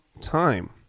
time